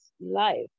life